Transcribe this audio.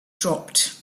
dropped